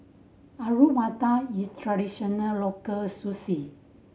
Alu Matar is a traditional local